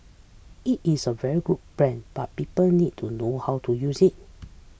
it is a very good plan but people need to know how to use it